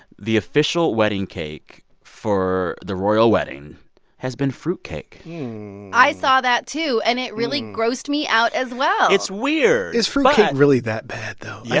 the official wedding cake for the royal wedding has been fruitcake i saw that, too, and it really grossed me out as well it's weird is fruitcake really that bad, though? i